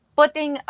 putting